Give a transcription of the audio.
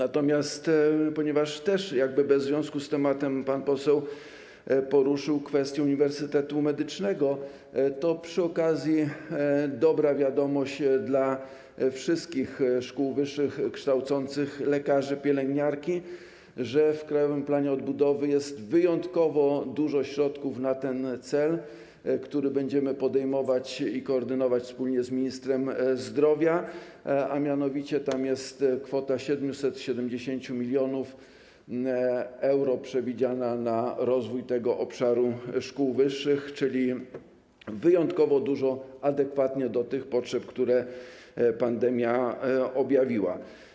A ponieważ też jakby bez związku z tematem pan poseł poruszył kwestię uniwersytetu medycznego, to przy okazji dobra wiadomość dla wszystkich szkół wyższych kształcących lekarzy, pielęgniarki, że w Krajowym Planie Odbudowy jest wyjątkowo dużo środków na ten cel - będziemy to podejmować i koordynować wspólnie z ministrem zdrowia - a mianowicie tam jest kwota 770 mln euro przewidziana na rozwój tego obszaru szkół wyższych, czyli wyjątkowo dużo, adekwatnie do tych potrzeb, które pandemia objawiła.